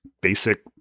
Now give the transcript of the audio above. basic